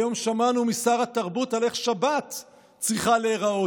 היום שמענו משר התרבות על איך שבת צריכה להיראות.